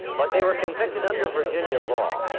but they were convicted under virginia law,